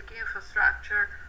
infrastructure